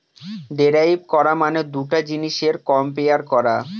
derive করা মানে দুটা জিনিসের কম্পেয়ার করা